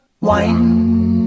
Wine